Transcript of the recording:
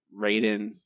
Raiden